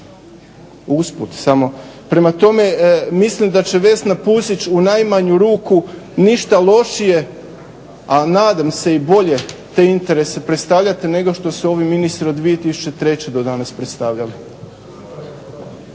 usput samo. Prema tome, mislim da će Vesna Pusić u najmanju ruku ništa lošije, a nadam se i bolje te interese predstavljati nego što su ovi ministri od 2003.do danas predstavljali.